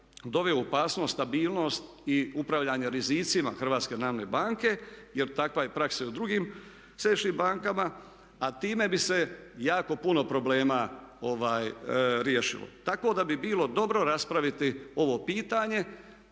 opasnost stabilnost i upravljanje rizicima HNB-a jer takva je praksa i u drugim središnjim bankama a time bi se jako puno problema riješilo. Tako da bi bilo dobro raspraviti ovo pitanje